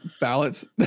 ballots